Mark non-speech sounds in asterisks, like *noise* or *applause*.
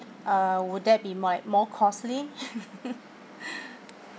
uh would there be might more costly *laughs*